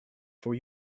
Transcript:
for